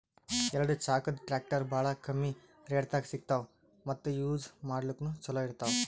ಎರಡ ಚಾಕದ್ ಟ್ರ್ಯಾಕ್ಟರ್ ಭಾಳ್ ಕಮ್ಮಿ ರೇಟ್ದಾಗ್ ಸಿಗ್ತವ್ ಮತ್ತ್ ಯೂಜ್ ಮಾಡ್ಲಾಕ್ನು ಛಲೋ ಇರ್ತವ್